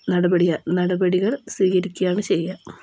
നടപടിയാ നടപടികൾ സ്വീകരിക്കയാണ് ചെയ്യുക